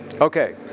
Okay